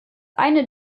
eine